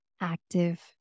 active